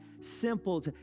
simple